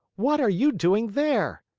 what are you doing there?